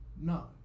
No